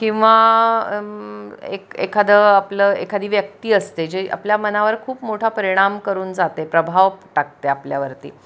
किंवा एक एखादं आपलं एखादी व्यक्ती असते जे आपल्या मनावर खूप मोठा परिणाम करून जाते प्रभाव टाकते आपल्यावरती